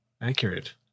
accurate